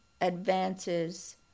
advances